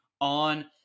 on